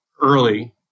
early